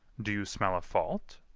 do you smell a fault?